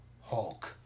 Hulk